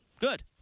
Good